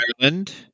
Ireland